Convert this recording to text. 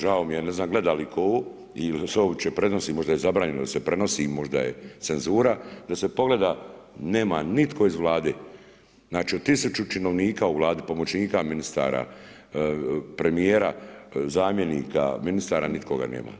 Žao mi je, ne znam gleda li tko ovo i jel' se uopće prenosi, možda je zabranjeno da se prenosi i možda je cenzura, da se pogleda, nema nitko iz Vlade, znači od 1000 činovnika u Vladi, pomoćnika ministara, premijera, zamjenika ministara, nikoga nema.